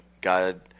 God